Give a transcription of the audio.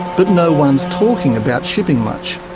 but no one's talking about shipping much.